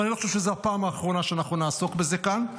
ואני לא חושב שזו הפעם האחרונה שאנחנו נעסוק בזה כאן,